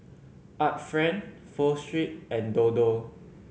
Art Friend Pho Street and Dodo